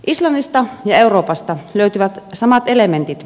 islannista ja euroopasta löytyvät samat elementit